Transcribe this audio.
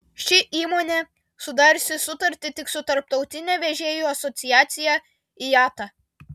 ši įmonė sudariusi sutartį tik su tarptautine vežėjų asociacija iata